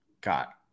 got